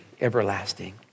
everlasting